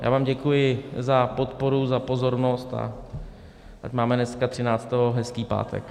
Já vám děkuji za podporu, za pozornost a ať máme dneska třináctého hezký pátek.